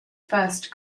first